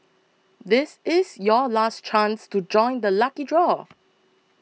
this is your last chance to join the lucky draw